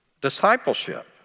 Discipleship